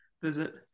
visit